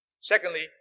Secondly